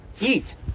eat